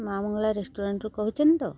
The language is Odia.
ମାଁ ମଙ୍ଗଳା ରେଷ୍ଟୁରାଣ୍ଟ୍ରୁ କହୁଛନ୍ତି ତ